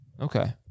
Okay